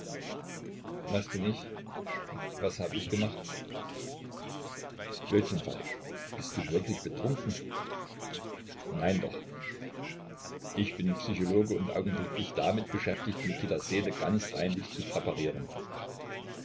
was bin ich was hab ich gemacht blödsinn falk bist du wirklich betrunken nein doch ich bin psychologe und augenblicklich damit beschäftigt mikitas seele ganz reinlich zu präparieren